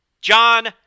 John